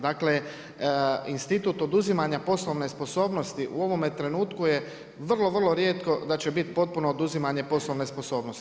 Dakle, institut oduzimanja poslovne sposobnosti u ovome trenutku je vrlo, vrlo rijetko da će bit potpuno oduzimanje poslovne sposobnosti.